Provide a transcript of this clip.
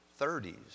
30s